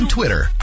Twitter